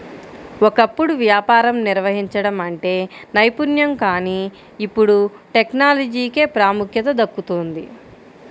ఒకప్పుడు వ్యాపారం నిర్వహించడం అంటే నైపుణ్యం కానీ ఇప్పుడు టెక్నాలజీకే ప్రాముఖ్యత దక్కుతోంది